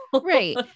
Right